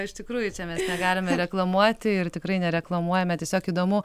iš tikrųjų čia mes negalime reklamuoti ir tikrai nereklamuojame tiesiog įdomu